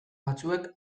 batzuek